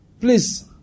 Please